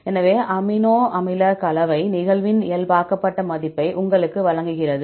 எனவே கலவை அமினோ அமில நிகழ்வின் இயல்பாக்கப்பட்ட மதிப்பை உங்களுக்கு வழங்குகிறது